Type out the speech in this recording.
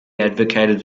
advocated